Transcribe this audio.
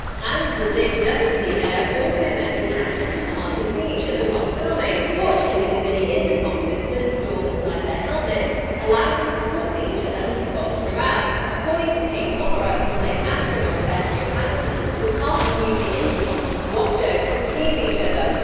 and the thick dust in the air also meant the actors could hardly see each other while filming. fortunately, the mini-intercom system installed inside their helmets allowed them to talk to each other and scott throughout. according to kate mara, who plays astronaut beth yeah johanssen, the cast used the intercom to swap jokes and tease each other,